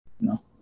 no